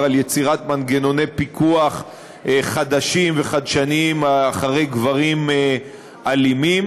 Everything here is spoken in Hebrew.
על יצירת מנגנוני פיקוח חדשים וחדשניים אחרי גברים אלימים,